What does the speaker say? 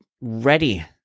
ready